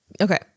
okay